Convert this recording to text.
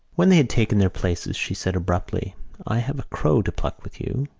when they had taken their places she said abruptly i have a crow to pluck with you.